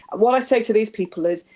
what i say to these people is,